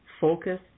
focus